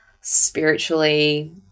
spiritually